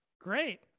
Great